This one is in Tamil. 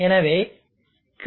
எனவே Qc E